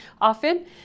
Often